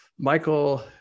Michael